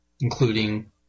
including